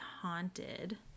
haunted